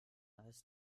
ist